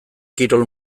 kirol